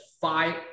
five